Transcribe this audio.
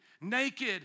naked